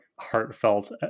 heartfelt